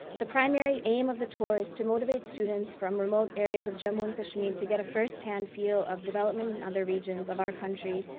the primary aim of the tour is to motivate students from remote areas of jammu and kashmir to get a firsthand feel of development in other regions of our country,